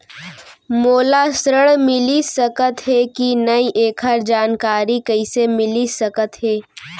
मोला ऋण मिलिस सकत हे कि नई एखर जानकारी कइसे मिलिस सकत हे?